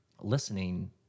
listening